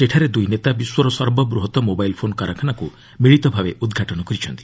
ସେଠାରେ ଦୁଇ ନେତା ବିଶ୍ୱର ସର୍ବବୃହତ ମୋବାଇଲ୍ ଫୋନ୍ କାରଖାନାକୁ ମିଳିତ ଭାବେ ଉଦ୍ଘାଟନ କରିଛନ୍ତି